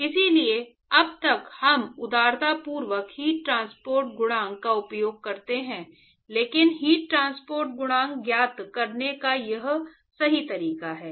इसलिए अब तक हम उदारतापूर्वक हीट ट्रांसपोर्ट गुणांक का उपयोग करते हैं लेकिन हीट ट्रांसपोर्ट गुणांक ज्ञात करने का यह सही तरीका है